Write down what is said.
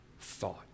thought